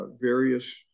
various